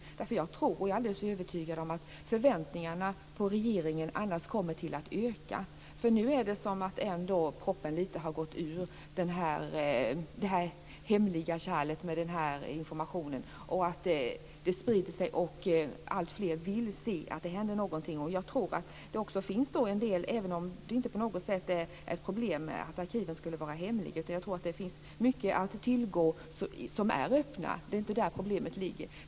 Jag tror nämligen, och är också alldeles övertygad om, att förväntningarna på regeringen annars ökar. Nu är det ju som att proppen liksom lite gått ur det här hemliga kärlet vad gäller informationen och att det sprider sig - att alltfler vill se att något händer. Problemet är inte på något sätt att arkiven skulle vara hemliga, utan det finns nog mycket att tillgå som är öppet; det är alltså inte där som problemet finns.